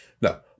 No